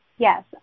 Yes